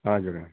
हजुर